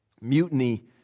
mutiny